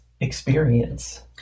experience